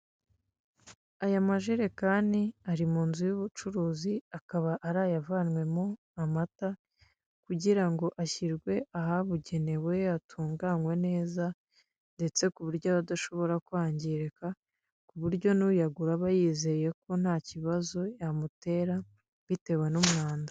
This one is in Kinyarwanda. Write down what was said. Aya majerekani ari mu nzu y'ubucuruzi akaba arayavanywemo amata, kugira ngo ashyirwe ahabugenewe atunganywe neza, ndetse ku buryo adashobora kwangirika, ku buryo n'uyagura aba yizeye ko nta kibazo yamutera, bitewe n'umwanda.